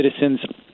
citizens